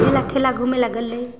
मेला ठेला घुमैलए गेलै